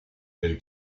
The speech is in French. elle